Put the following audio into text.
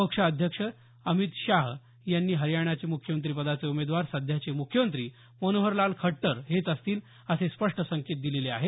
पक्ष अध्यक्ष अमित शाह यांनी हरीयाणाचे मुख्यमंत्रिपदाचे उमेदवार सध्याचे मुख्यमंत्री मनोहरलाल खट्टर हेच असतील असे स्पष्ट संकेत दिलेले आहेत